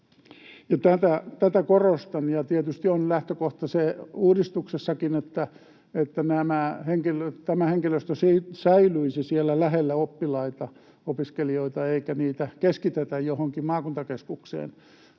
Tätä korostan. Tietysti uudistuksessakin on se lähtökohta, että tämä henkilöstö säilyisi siellä lähellä oppilaita, opiskelijoita eikä sitä keskitetä johonkin maakuntakeskukseen.